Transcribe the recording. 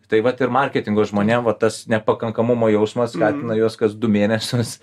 tai vat ir marketingo žmonėm va tas nepakankamumo jausmas skatina juos kas du mėnesius